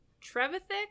Trevithick